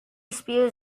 spears